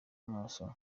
imoso